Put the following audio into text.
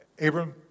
Abram